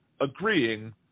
agreeing